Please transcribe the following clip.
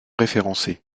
référencé